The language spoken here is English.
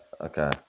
okay